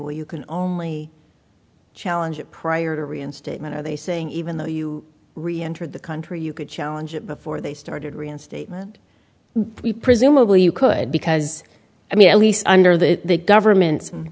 well you can only challenge it prior to reinstatement are they saying even though you reenter the country you could challenge it before they started reinstatement we presumably you could because i mean at least under the government